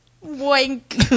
Wink